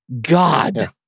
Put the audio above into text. God